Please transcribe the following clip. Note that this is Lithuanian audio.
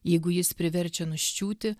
jeigu jis priverčia nuščiūti